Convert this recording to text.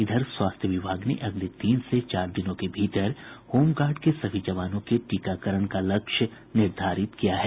इधर स्वास्थ्य विभाग ने अगले तीन से चार दिनों के भीतर होमगार्ड के सभी जवानों के टीकाकरण का लक्ष्य निर्धारित किया है